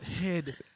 Head